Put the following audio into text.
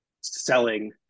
selling